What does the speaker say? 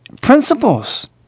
principles